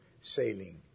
sailing